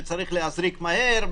שצריך להזריק מהר,